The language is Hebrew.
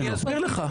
אני אסביר לך.